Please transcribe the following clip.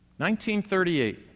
1938